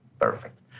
perfect